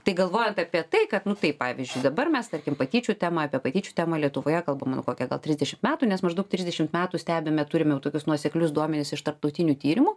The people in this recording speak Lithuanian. tai galvojant apie tai kad nu taip pavyzdžiui dabar mes tarkim patyčių temą apie patyčių temą lietuvoje kalbam jau kokią gal trisdešimt metų nes maždaug trisdešimt metų stebime turime jau tokius nuoseklius duomenis iš tarptautinių tyrimų